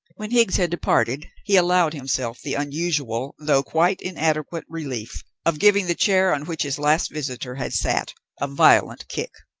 when higgs had departed he allowed himself the unusual, though quite inadequate relief of giving the chair on which his last visitor had sat a violent kick.